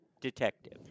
detective